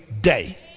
day